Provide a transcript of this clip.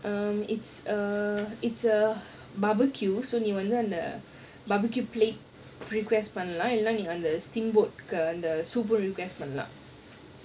um it's a it's a barbecue நீ வந்து:nee wanthu it's a barbecue place requests பண்ணலாம்:pannalaam steamboat requests பண்ணலாம்:pannalaam